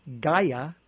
Gaia